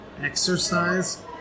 exercise